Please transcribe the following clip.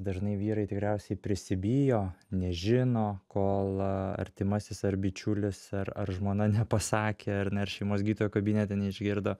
dažnai vyrai tikriausiai prisibijo nežino kol artimasis ar bičiulis ar ar žmona nepasakė ar ne ar šeimos gydytojo kabinete neišgirdo